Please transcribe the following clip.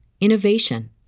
innovation